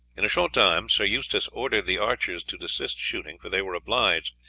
in a short time sir eustace ordered the archers to desist shooting, for they were obliged,